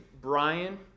Brian